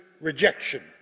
rejection